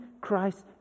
Christ